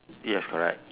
yes correct